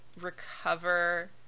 recover